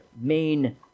main